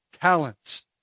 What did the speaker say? talents